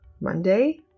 Monday